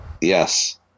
Yes